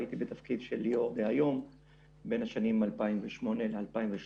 הייתי בתפקיד יו"ר בין השנים 2008 ל-2013,